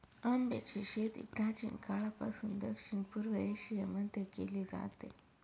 आंब्याची शेती प्राचीन काळापासून दक्षिण पूर्व एशिया मध्ये केली जाते